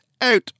out